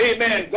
Amen